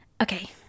okay